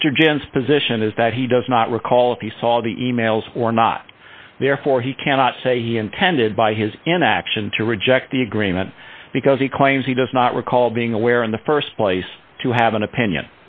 gentz position is that he does not recall if he saw the e mails or not therefore he cannot say he intended by his inaction to reject the agreement because he claims he does not recall being aware in the st place to have an opinion